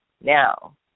Now